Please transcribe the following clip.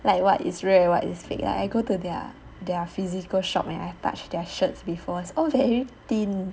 like what is real and what is fake like I go to their their physical shop and I touch their shirts before all very thin